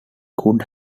could